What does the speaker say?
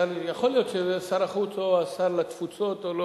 יכול להיות ששר החוץ או שר התפוצות או,